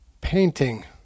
painting